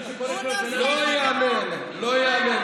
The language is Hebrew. לא ייאמן, לא ייאמן.